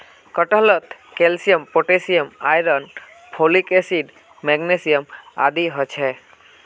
कटहलत calcium potassium iron folic acid magnesium आदि ह छे